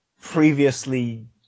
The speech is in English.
previously